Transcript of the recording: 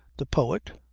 the poet,